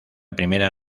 primera